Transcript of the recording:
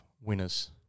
winners